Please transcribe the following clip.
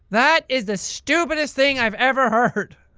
that is the stupidest thing i have ever heard.